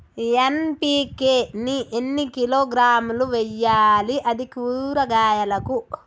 NPK ని ఎన్ని కిలోగ్రాములు వెయ్యాలి? అది కూరగాయలకు?